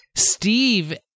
Steve